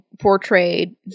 portrayed